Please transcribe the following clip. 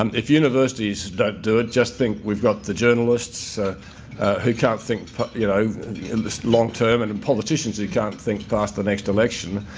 um if universities don't do it just think we've got the journalists who can't think you know in the long term and and politicians who can't think past the next election.